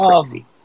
crazy